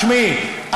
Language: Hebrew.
תשמעי,